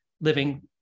living